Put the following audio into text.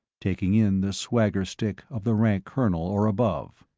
taking in the swagger stick of the rank colonel or above.